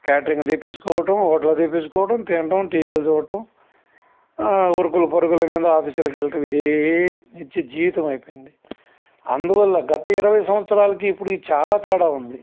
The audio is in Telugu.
క్యాటరింగ్ తెప్పించుకోవటం హోటల్లో తెప్పించుకోవటం తినటం టీవీలు చూడటం ఉరుకుల పరుగులు మీద ఆఫీసులకి వెళ్ళటం ఇదే నిత్యజీవితమైపోయింది అందువల్ల గత ఇరవై సంవత్సరాలకి ఇప్పటికీ చాలా తేడా ఉంది